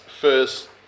first